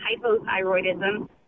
hypothyroidism